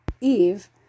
Eve